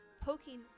poking